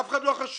אף אחד לא חשוד.